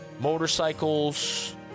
motorcycles